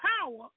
power